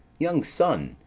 young son,